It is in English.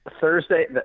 Thursday